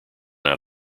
out